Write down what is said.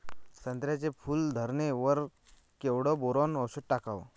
संत्र्याच्या फूल धरणे वर केवढं बोरोंन औषध टाकावं?